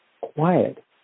quiet